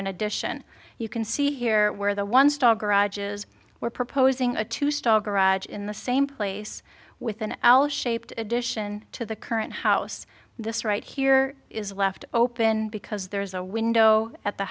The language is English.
in addition you can see here where the once tall garages were proposing a two star garage in the same place with an l shaped addition to the current house this right here is left open because there's a window at the